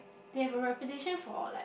they have a reputation for like